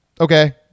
Okay